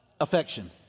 affection